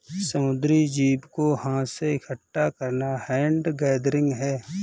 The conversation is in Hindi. समुद्री जीव को हाथ से इकठ्ठा करना हैंड गैदरिंग है